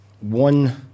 one